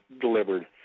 delivered